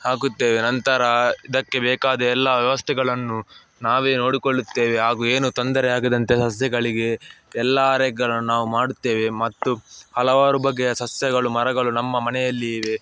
ಹಾಕುತ್ತೇವೆ ನಂತರ ಇದಕ್ಕೆ ಬೇಕಾದ ಎಲ್ಲ ವ್ಯವಸ್ಥೆಗಳನ್ನು ನಾವೇ ನೋಡಿಕೊಳ್ಳುತ್ತೇವೆ ಹಾಗೂ ಏನು ತೊಂದರೆ ಆಗದಂತೆ ಸಸ್ಯಗಳಿಗೆ ಎಲ್ಲ ಆರೈಕೆಗಳನ್ನು ನಾವು ಮಾಡುತ್ತೇವೆ ಮತ್ತು ಹಲವಾರು ಬಗೆಯ ಸಸ್ಯಗಳು ಮರಗಳು ನಮ್ಮ ಮನೆಯಲ್ಲಿ ಇವೆ